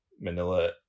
Manila